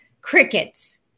crickets